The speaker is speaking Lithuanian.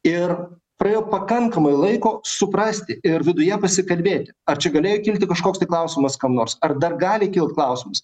ir praėjo pakankamai laiko suprasti ir viduje pasikalbėti ar čia galėjo kilti kažkoks tai klausimas kam nors ar dar gali kilt klausimas